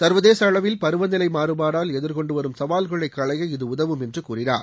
சர்வதேச அளவில் பருவநிலை மாறுபாடால் எதிர்கொண்டுவரும் சவால்களை களைய இது உதவும் என்று கூறினார்